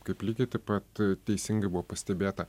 kaip lygiai taip pat teisingai buvo pastebėta